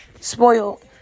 Spoiled